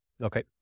Okay